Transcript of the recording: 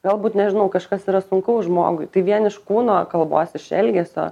galbūt nežinau kažkas yra sunkaus žmogui tai vien iš kūno kalbos iš elgesio